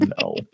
no